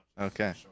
Okay